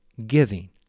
Giving